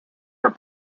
her